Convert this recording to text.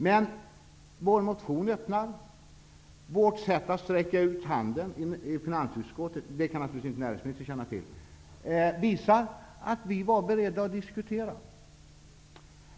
Men vår motion och vårt sätt att sträcka ut handen i finansutskottet -- det senare kan naturligtvis inte näringsministern känna till -- visar att vi var beredda att diskutera.